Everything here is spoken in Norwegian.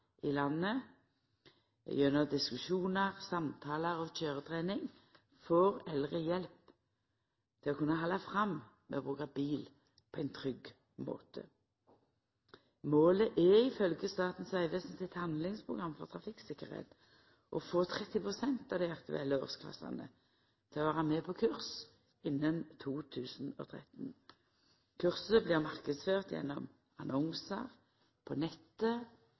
i landet. Gjennom diskusjonar, samtalar og køyretrening får eldre hjelp til å kunna halda fram med å bruka bil på ein trygg måte. Målet er ifølgje Statens vegvesen sitt handlingsprogram for trafikktryggleik å få 30 pst. av dei aktuelle årsklassane til å vera med på kurs innan 2013. Kurset blir marknadsført gjennom annonsar, på nettet